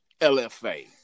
LFA